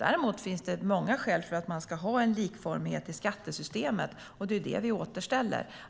Däremot finns det många skäl för att man ska ha en likformighet i skattesystemet, och det är detta vi återställer.